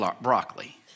broccoli